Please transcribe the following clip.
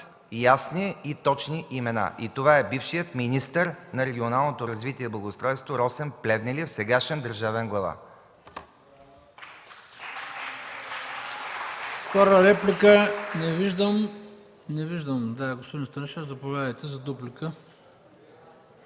ясни и точни имена. И това е бившият министър на регионалното развитие и благоустройството Росен Плевнелиев – сегашен държавен глава. (Частични